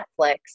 netflix